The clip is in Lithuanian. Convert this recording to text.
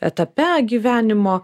etape gyvenimo